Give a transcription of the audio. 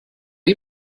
you